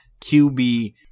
QB